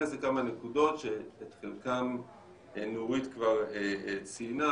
להתייחס לכמה נקודות שאת חלקן נורית כבר ציינה,